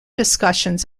discussions